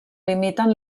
limiten